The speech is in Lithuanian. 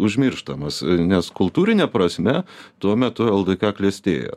užmirštamas nes kultūrine prasme tuo metu ldk klestėjo